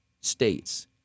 states